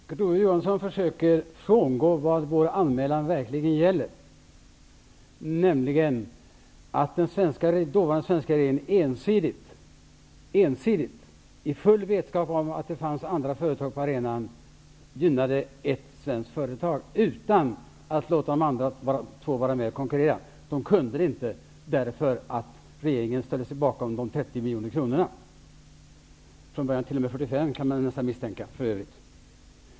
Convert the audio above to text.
Herr talman! Kurt Ove Johansson försöker frångå vad vår anmälan verkligen gäller, nämligen att den dåvarande svenska regeringen ensidigt i full vetskap om att det fanns andra företag på arenan, gynnade ett svenskt företag utan att låta de andra två vara med och konkurrera. De kunde det inte, därför att regeringen ställde sig bakom de 30 miljoner kronorna, från början till och med 45 kan man nästan misstänka.